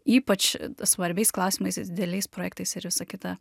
ypač svarbiais klausimais ir dideliais projektais ir visa kita